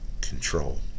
control